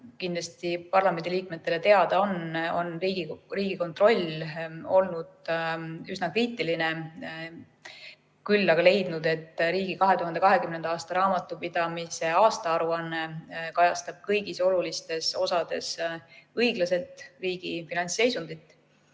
Nagu parlamendiliikmetele kindlasti teada on, on Riigikontroll olnud üsna kriitiline, küll aga leidnud, et riigi 2020. aasta raamatupidamise aastaaruanne kajastab kõigis olulistes osades õiglaselt riigi finantsseisundit,